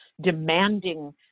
demanding